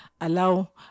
allow